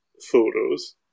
photos